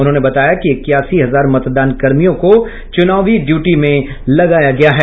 उन्होंने बताया कि इक्यासी हजार मतदान कर्मियों को चुनाव ड्यूटी में लगाया गया है